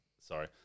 Sorry